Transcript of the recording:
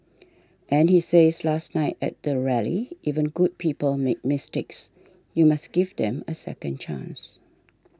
and he says last night at the rally even good people make mistakes you must give them a second chance